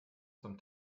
zum